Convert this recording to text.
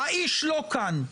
האיש לא כאן.